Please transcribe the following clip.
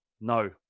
No